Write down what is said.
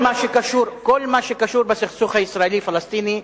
כל מה שקשור בסכסוך הישראלי-פלסטיני.